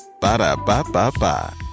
Ba-da-ba-ba-ba